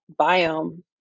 biome